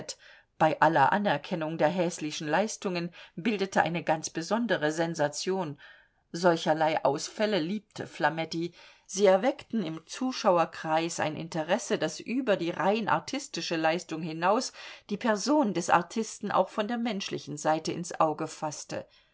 bei aller anerkennung der häslischen leistungen bildete eine ganz besondere sensation solcherlei ausfälle liebte flametti sie erweckten im zuschauerkreis ein interesse das über die rein artistische leistung hinaus die person des artisten auch von der menschlichen seite ins auge faßte